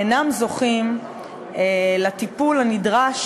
אינם זוכים לטיפול הנדרש